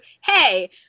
hey